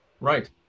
Right